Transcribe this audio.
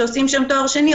שעושים שם תואר שני,